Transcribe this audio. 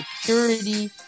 security